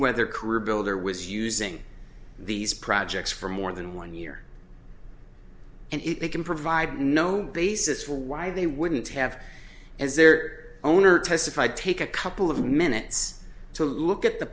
whether career builder was using these projects for more than one year and if they can provide no basis for why they wouldn't have as their owner testified take a couple of minutes to look at the